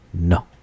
no